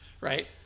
right